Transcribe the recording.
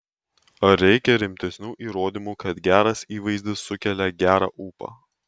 ar reikia rimtesnių įrodymų kad geras įvaizdis sukelia gerą ūpą